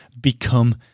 become